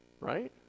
Right